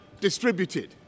distributed